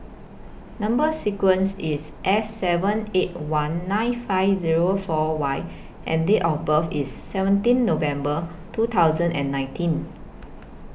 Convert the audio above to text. Number sequence IS S seven eight one nine five Zero four Y and Date of birth IS seventeen November two thousand and nineteen